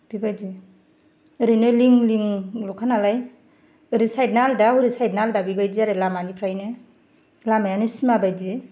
बेबायदि ओरैनो लिं लिंलखा नालाय ओरै साइड ना आलादा हरै साइडना आलादा बेबायदि आरो लामानिफ्रायनो लामायानो सिमा बायदि